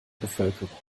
bevölkerung